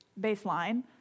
baseline